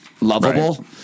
lovable